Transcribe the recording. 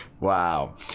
Wow